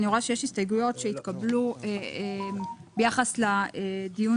אני רואה שיש הסתייגויות שהתקבלו ביחס לדיון